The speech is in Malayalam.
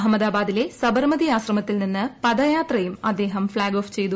അഹമ്മദാബാദിലെ സബർമതി ആശ്രമത്തിൽ നിന്ന് പദയാത്രയും അദ്ദേഹം ഫ്ളാഗ് ഓഫ് ചെയ്തു